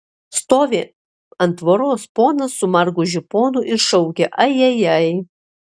stovi ant tvoros ponas su margu žiponu ir šaukia ajajai